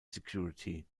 security